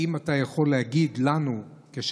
כשאלה נוספת: האם אתה יכול להגיד לנו מה